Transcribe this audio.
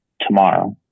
tomorrow